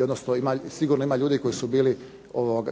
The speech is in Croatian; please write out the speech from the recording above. odnosno sigurno ima ljudi